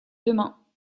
demain